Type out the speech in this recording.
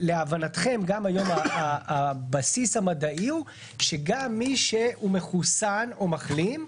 שלהבנתכם גם היום הבסיס המדעי הוא שגם מי שהוא מחוסן או מחלים,